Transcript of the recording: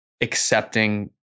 accepting